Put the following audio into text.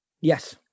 yes